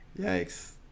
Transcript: Yikes